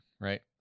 right